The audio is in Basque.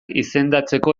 izendatzeko